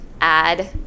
add